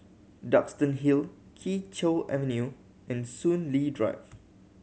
Duxton Hill Kee Choe Avenue and Soon Lee Drive